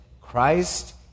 Christ